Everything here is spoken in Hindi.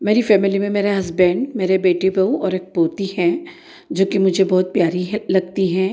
मेरे फ़ैमिली में मेरे हसबैंड मेरे बेटे बहुत और एक पोती है जो कि मुझे बहुत प्यारी है लगती है